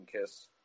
Kiss